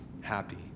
happy